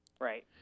Right